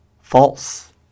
false